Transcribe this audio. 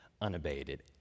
unabated